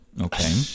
Okay